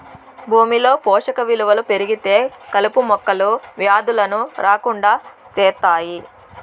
భూమిలో పోషక విలువలు పెరిగితే కలుపు మొక్కలు, వ్యాధులను రాకుండా చేత్తాయి